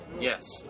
Yes